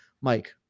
Mike